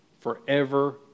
forever